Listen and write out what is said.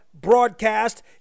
broadcast